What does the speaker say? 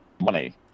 money